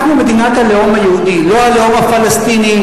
אנחנו מדינת הלאום היהודי, לא הלאום הפלסטיני,